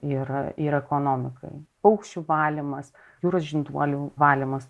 ir ir ekonomikai paukščių valymas jūros žinduolių valymas